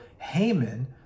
Haman